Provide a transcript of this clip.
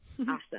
Awesome